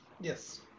Yes